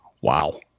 wow